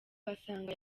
basanga